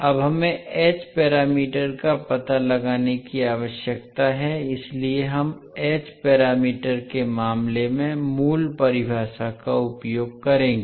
अब हमें h parameter का पता लगाने की आवश्यकता है इसलिए हम h पैरामीटर के मामले में मूल परिभाषा का उपयोग करेंगे